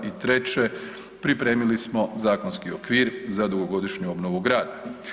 I treće, pripremili smo zakonski okvir za dugogodišnju obnovu grada.